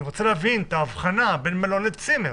מה ההבחנה בין מלון לצימר?